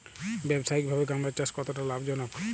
ব্যবসায়িকভাবে গাঁদার চাষ কতটা লাভজনক?